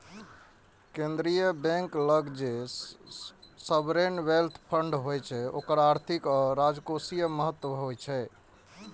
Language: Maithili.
केंद्रीय बैंक लग जे सॉवरेन वेल्थ फंड होइ छै ओकर आर्थिक आ राजकोषीय महत्व होइ छै